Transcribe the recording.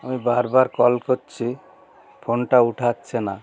আমি বার বার কল করছি ফোনটা ওঠাচ্ছে না